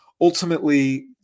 Ultimately